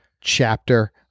chapter